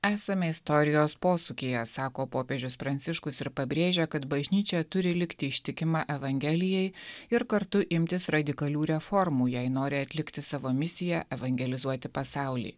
esame istorijos posūkyje sako popiežius pranciškus ir pabrėžia kad bažnyčia turi likti ištikima evangelijai ir kartu imtis radikalių reformų jei nori atlikti savo misiją evangelizuoti pasaulį